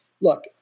look